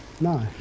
No